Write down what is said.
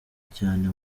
cyane